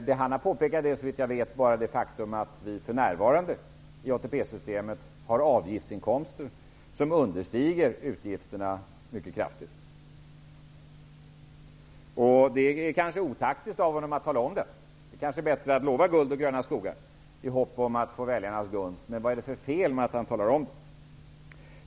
Det han har påpekat är, såvitt jag vet, bara det faktum att vi för närvarande i ATP systemet har avgiftsinkomster som understiger utgifterna mycket kraftigt. Det är kanske otaktiskt av honom att tala om det. Det kanske är bättre att lova guld och gröna skogar i hopp om att få väljarnas gunst. Men vad är det för fel med att han talar om det?